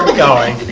ah going